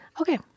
Okay